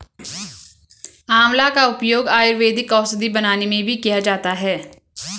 आंवला का उपयोग आयुर्वेदिक औषधि बनाने में भी किया जाता है